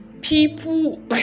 people